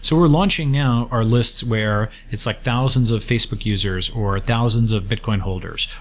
so we're launching now our lists where it's like thousands of facebook users, or thousands of bitcoin holders,